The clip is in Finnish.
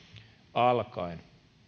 alkaen